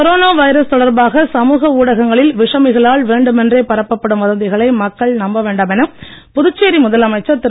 corona virus தொடர்பாக சமூக ஊடகங்களில் விஷமிகளால் வேண்டுமென்றே பரப்பப்படும் வதந்திகளை மக்கள் நம்ப வேண்டாம் என புதுச்சேரி முதலமைச்சர் திரு